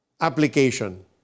Application